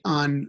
on